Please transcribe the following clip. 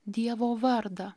dievo vardą